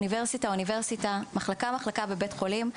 כל אוניברסיטה ובכל מחלקה בבתי החולים,